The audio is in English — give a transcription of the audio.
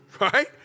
right